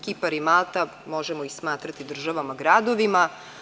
Kipar i Malta, možemo ih smatrati državama gradovima.